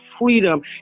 freedom